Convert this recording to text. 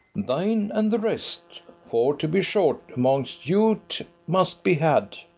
thine and the rest for, to be short, amongst you't must be had.